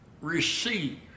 receive